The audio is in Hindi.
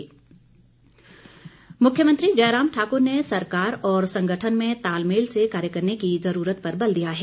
मण्डल मिलन मुख्यमंत्री जयराम ठाकुर ने सरकार और संगठन में तालमेल से कार्य करने की जरूरत पर बल दिया है